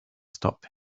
stop